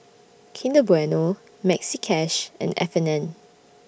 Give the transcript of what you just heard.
Kinder Bueno Maxi Cash and F and N